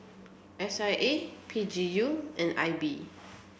S I A P G U and I B